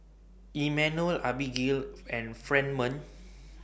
Immanuel Abbigail and Fremont